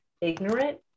Ignorant